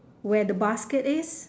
where the basket is